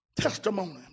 testimony